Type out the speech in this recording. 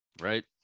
right